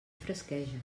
fresqueja